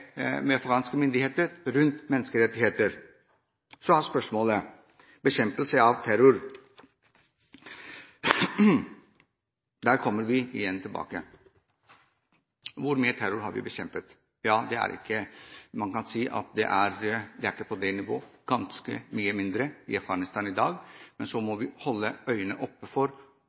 med afghanske myndigheter. Så gjelder det spørsmålet om bekjempelse av terror. Det kommer vi igjen tilbake til. Hvor mye terror har vi bekjempet? Man kan si at vi er ikke på det nivået – vi er på et ganske mye lavere nivå – i Afghanistan i dag, men vi må holde øynene åpne for